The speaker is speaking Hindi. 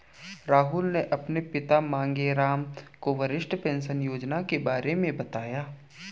राहुल ने अपने पिताजी मांगेराम को वरिष्ठ पेंशन योजना के बारे में बताया